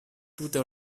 tute